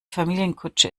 familienkutsche